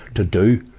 to do.